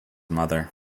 mother